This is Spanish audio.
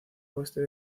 oeste